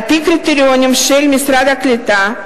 על-פי הקריטריונים של משרד הקליטה,